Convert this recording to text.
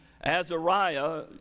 Azariah